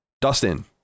Dustin